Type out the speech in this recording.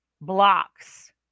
blocks